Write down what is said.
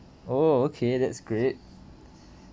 oh okay that's great